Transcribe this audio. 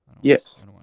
yes